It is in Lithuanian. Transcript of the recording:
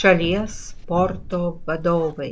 šalies sporto vadovai